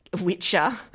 witcher